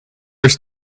first